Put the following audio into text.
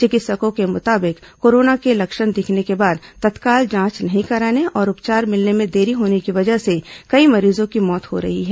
चिकित्सकों के मुताबिक कोरोना के लक्षण दिखने के बाद तत्काल जांच नहीं कराने और उपचार मिलने में देरी होने की वजह से कई मरीजों की मौत हो रही है